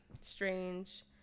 Strange